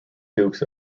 dukes